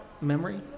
memory